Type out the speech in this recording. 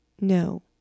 No